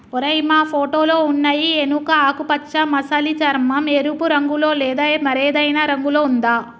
ఓరై మా ఫోటోలో ఉన్నయి ఎనుక ఆకుపచ్చ మసలి చర్మం, ఎరుపు రంగులో లేదా మరేదైనా రంగులో ఉందా